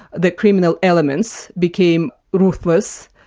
the criminal elements became ruthless,